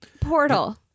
portal